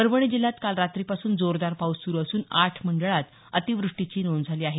परभणी जिल्ह्यात काल रात्रीपासून जोरदार पाऊस सुरू असून आठ मंडळांत अतिवृष्टीची नोंद झाली आहे